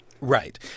Right